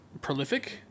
prolific